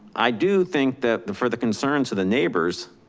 i do think that the further concern, so the neighbors,